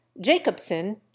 Jacobson